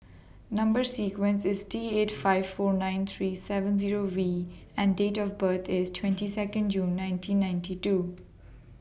Number sequence IS T eight five four nine three seven Zero V and Date of birth IS twenty Second June nineteen ninety two